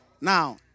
Now